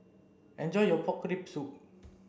enjoy your pork rib soup